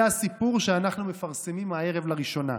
זה הסיפור שאנחנו מפרסמים הערב לראשונה.